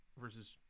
versus